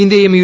ഇന്ത്യയും യു